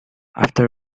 after